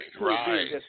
right